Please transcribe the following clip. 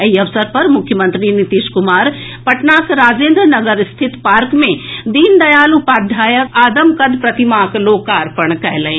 एहि अवसर पर मुख्यमंत्री नीतीश कुमार पटनाक राजेन्द्र नगर स्थित पार्क मे दीन दयाल उपाध्यायक आदमकद प्रतिमाक लोकार्पण कयलनि